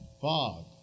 Fog